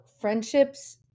friendships